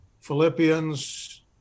Philippians